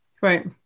Right